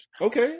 Okay